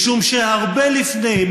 משום שהרבה לפני,